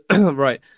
right